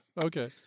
okay